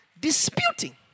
disputing